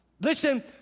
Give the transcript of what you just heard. Listen